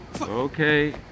Okay